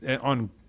on